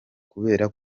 kubera